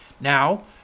Now